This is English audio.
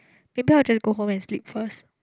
maybe I will just go home and sleep first